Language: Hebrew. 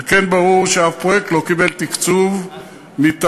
על כן ברור שהפרויקט לא קיבל תקצוב מטעמי,